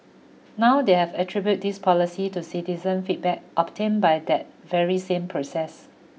now they have attribute this policy to citizen feedback obtained by that very same process